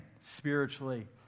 spiritually